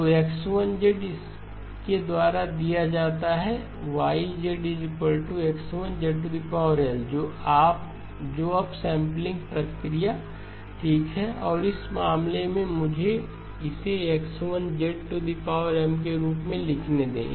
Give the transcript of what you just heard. तो X1 इसके द्वारा दिया जाता है YX1 जो अप सैंपलिंग प्रक्रिया ठीक है और इस मामले में मुझे इसे X1 के रूप में लिखने दें